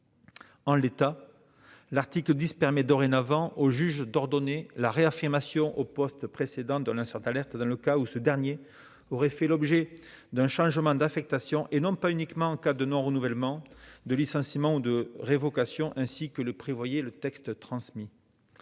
En l'état, l'article 10 permet dorénavant au juge d'ordonner la réaffectation d'un lanceur d'alerte à son poste précédent dans le cas où ce dernier aurait fait l'objet d'un changement d'affectation et non pas uniquement en cas de non-renouvellement, de licenciement ou de révocation, ainsi que le prévoyait le texte transmis